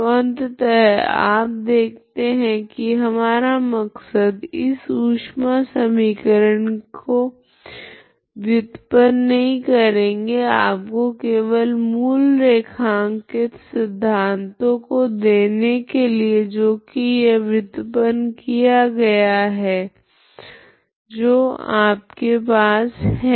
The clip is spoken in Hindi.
तो अंततः आप देखते है की हमारा मकसद इस ऊष्मा समीकरण की व्युत्पन्न नहीं करेगे आपको केवल मूल रेखांकित सिद्धांतों को देने के लिए जो की यह व्युत्पन्न किया गया है तो आपके पास है